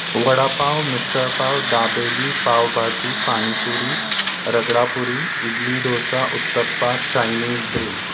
vada pav misal pav dabeli pav bhaji pani puri ragda puri idli dosa uttappa Chinese भेल